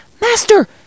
Master